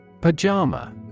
Pajama